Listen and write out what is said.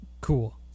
cool